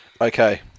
Okay